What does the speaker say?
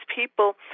people